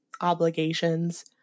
obligations